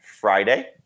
Friday